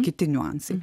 kiti niuansai